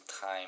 time